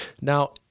Now